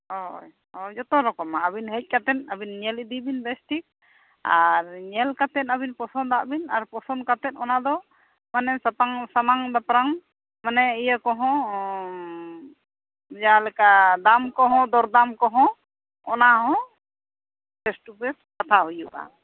ᱦᱳᱭ ᱡᱚᱛᱚ ᱨᱚᱠᱚᱢᱟᱜ ᱟᱹᱵᱤᱱ ᱦᱮᱡ ᱠᱟᱛᱮᱫ ᱧᱮᱞ ᱤᱫᱤ ᱵᱤᱱ ᱵᱮᱥ ᱴᱷᱤᱠ ᱟᱨ ᱧᱮᱞ ᱠᱟᱛᱮᱫ ᱟᱹᱵᱤᱱ ᱯᱚᱸᱥᱚᱫᱟᱜ ᱵᱤᱱ ᱟᱨ ᱯᱚᱥᱚᱱᱫᱽ ᱠᱟᱛᱮᱫ ᱚᱱᱟ ᱫᱚ ᱢᱟᱱᱮ ᱥᱟᱛᱟᱝ ᱥᱟᱢᱟᱝ ᱫᱟᱯᱨᱟᱢ ᱢᱟᱱᱮ ᱤᱭᱟᱹ ᱠᱚᱦᱚᱸ ᱡᱟᱦᱟᱸᱞᱮᱠᱟ ᱫᱟᱢ ᱠᱚᱦᱚᱸ ᱫᱚᱨ ᱫᱟᱢ ᱠᱚᱦᱚᱸ ᱚᱱᱟ ᱦᱚᱸ ᱯᱷᱮᱥᱼᱴᱩᱼᱯᱷᱮᱥ ᱯᱟᱴᱷᱟᱣ ᱦᱩᱭᱩᱜᱼᱟ